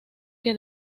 que